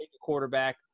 quarterback